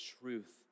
truth